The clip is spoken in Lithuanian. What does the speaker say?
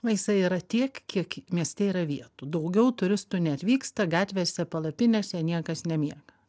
jisai yra tiek kiek mieste yra vietų daugiau turistų neatvyksta gatvėse palapinėse niekas nemiega